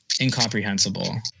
incomprehensible